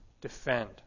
defend